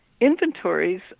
inventories